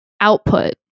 output